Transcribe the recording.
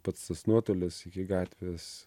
pats nuotolis iki gatvės